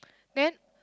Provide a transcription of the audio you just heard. then